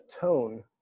tone